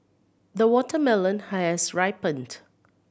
the watermelon has ripened